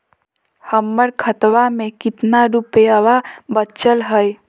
हमर खतवा मे कितना रूपयवा बचल हई?